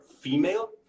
female